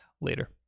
later